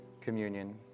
communion